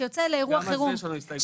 שיוצא לאירוע חירום,